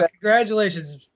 congratulations